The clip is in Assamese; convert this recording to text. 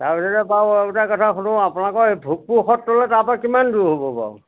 তাৰপিছতে বাৰু আৰু এটা কথা সুধো আপোনালোকৰ ভোগপুৰ সত্ৰলে তাৰপা কিমান দূৰ হ'ব বাৰু